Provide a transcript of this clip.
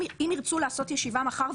אם ירצו לעשות ישיבה מחר,